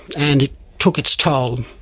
and it took its toll.